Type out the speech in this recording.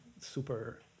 super